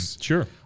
Sure